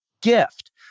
gift